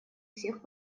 всех